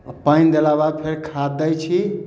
आ पानि देला बाद फेर खाद दै छी